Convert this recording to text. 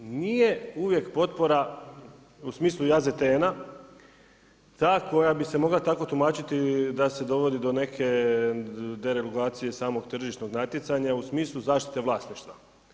Nije uvijek potpora u smislu AZTN-a ta koja bi se mogla tako tumačiti da se dovodi do neke deregulacije samog tržišnog natjecanja u smislu zaštite vlasništva.